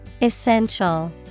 Essential